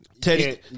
Teddy